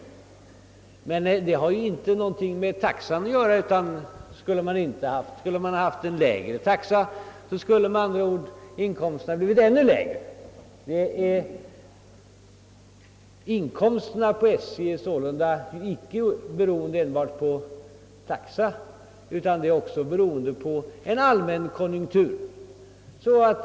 I och för sig har detta ingenting med taxan att göra, men om taxan varit lägre än nu, skulle inkomsterna också ha ytterligare minskat. SJ:s inkomster beror sålunda icke enbart på taxan utan också på den allmänna konjunkturen.